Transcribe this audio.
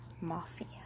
Mafia